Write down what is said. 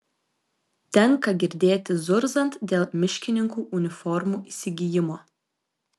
tenka girdėti zurzant dėl miškininkų uniformų įsigijimo